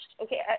okay